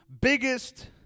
biggest